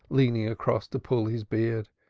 leaning across to pull his beard.